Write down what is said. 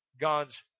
God's